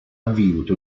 vinto